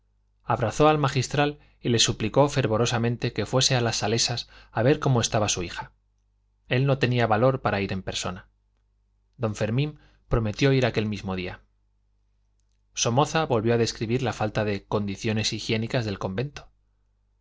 abrazó al magistral y le suplicó fervorosamente que fuese a las salesas a ver cómo estaba su hija él no tenía valor para ir en persona don fermín prometió ir aquel mismo día somoza volvió a describir la falta de condiciones higiénicas del convento